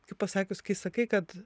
kaip pasakius kai sakai kad